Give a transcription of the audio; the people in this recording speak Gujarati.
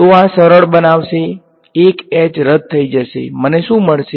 તો આ સરળ બનાવશે એક h રદ થઈ જશે મને શું મળશે